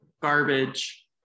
garbage